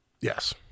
Yes